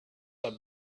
are